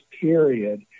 period